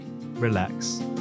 relax